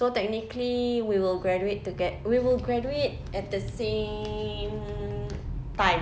so technically we will graduate toget~ we will graduate at the same time